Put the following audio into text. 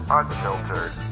unfiltered